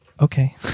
okay